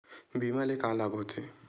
बीमा ले का लाभ होथे?